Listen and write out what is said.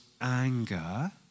anger